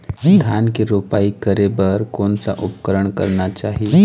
धान के रोपाई करे बर कोन सा उपकरण करना चाही?